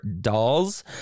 dolls